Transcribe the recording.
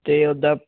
ਅਤੇ ਉੱਦਾਂ